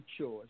choice